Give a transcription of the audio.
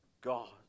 God